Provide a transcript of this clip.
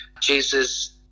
Jesus